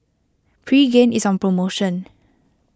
Pregain is on promotion